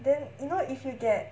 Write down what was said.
then you know if you get